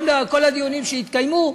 כל הדיונים שהתקיימו,